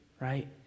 right